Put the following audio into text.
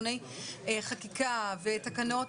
תיקוני חקיקה ותקנות,